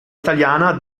italiana